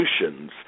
solutions